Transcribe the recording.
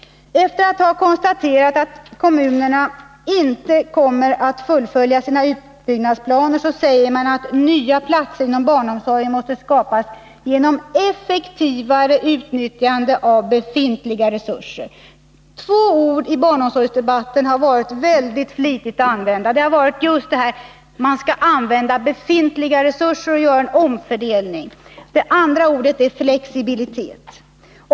Efter att ha konstaterat att kommunerna inte kommer att fullfölja sina utbyggnadsplaner säger man, att nya platser inom barnomsorgen måste skapas genom effektivare utnyttjande av befintliga resurser. Två uttryck har väldigt flitigt använts i barnomsorgsdebatten. Det ena är just att man skall utnyttja befintliga resurser och göra en omfördelning, det andra är flexibilitet.